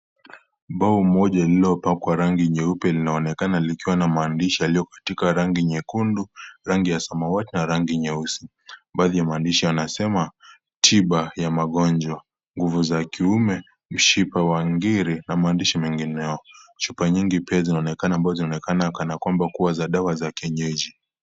Mbao moja lililopakwa rangi nyeupe linaonekana likiwa na maandishi yaliyo katika rangi nyekundu , rangi ya samawati na rangi nyeusi. Baadhi ya maandishi yanasema , tiba ya magonjwa , nguvu za kiume , mshipa wa ngiri na maandishi mengineo. Chupa nyingi pia zinaonekana , ambao zinaonekana kana kwamba kuwa za dawa ya kiyenyeji.